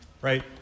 Right